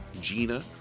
Gina